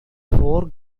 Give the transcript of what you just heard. four